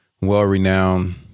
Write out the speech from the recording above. well-renowned